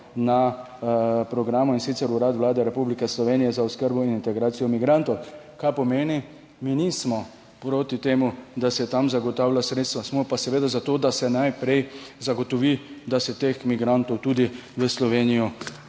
na programu in sicer, Urad Vlade Republike Slovenije za oskrbo in integracijo migrantov, kar pomeni, mi nismo proti temu, da se tam zagotavlja sredstva, smo pa seveda za to, da se najprej zagotovi, da se teh migrantov tudi v Slovenijo